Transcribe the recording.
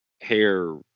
hair